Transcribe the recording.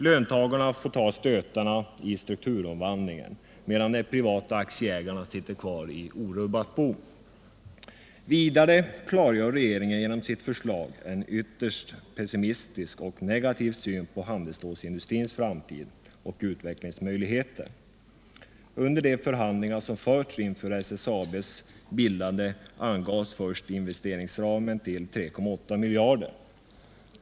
Löntagarna får ta stötarna i strukturomvandlingen medan de privata aktieägarna sitter kvar i orubbat bo. Vidare klargör regeringen genom sitt förslag en ytterst pessimistisk och negativ syn på handelsstålsindustrins framtid och utvecklingsmöjligheter. Under de förhandlingar som förts inför SSAB:s bildande angavs först investeringsramen till 3,8 miljarder.